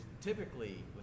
typically